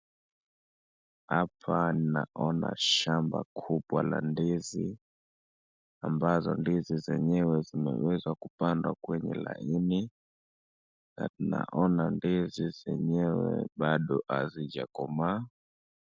Hapa naona shamba kubwa la ndizi ambazo ndizi zenyewe zimeweza kupandwa kwenye laini na tunaona ndizi zenyewe bado hazijakomaa.